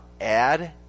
add